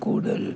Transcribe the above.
കൂടുതൽ